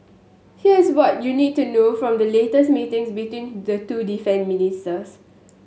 here's what you need to know from the latest meetings between the two defence ministers